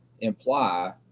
imply